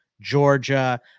Georgia